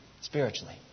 spiritually